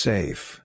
Safe